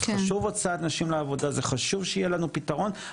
חשוב הוצאת נשים לעבודה זה חשוב שיהיה לנו פתרון,